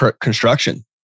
construction